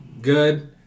good